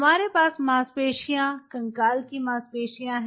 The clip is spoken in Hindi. हमारे पास मांसपेशियाँ कंकाल की मांसपेशियों है